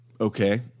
okay